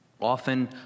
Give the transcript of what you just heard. often